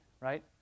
right